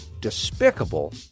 despicable